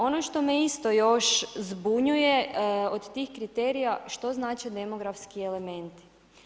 Ono što me isto još zbunjuje, od tih kriterija što znače demografski elementi.